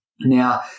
Now